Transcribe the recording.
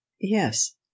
yes